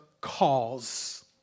cause